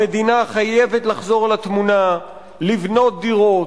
המדינה חייבת לחזור לתמונה, לבנות דירות,